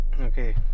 Okay